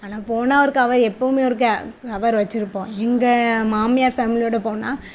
ஆனால் போனால் ஒரு கவர் எப்பயுமே ஒரு க கவர் வச்சிருப்போம் எங்கள் மாமியார் ஃபேமிலியோட போனால்